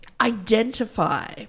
identify